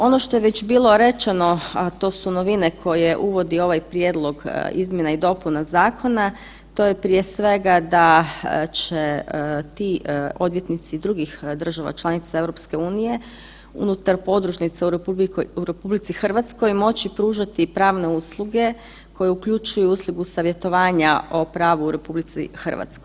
Ono što je već bilo rečeno, a to su novine koje uvodi ovaj prijedlog izmjena i dopuna zakona to je prije svega da će ti odvjetnici drugih država članica EU unutar podružnica u RH moći pružati pravne usluge koje uključuju uslugu savjetovanja o pravu u RH.